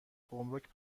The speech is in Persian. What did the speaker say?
گمرک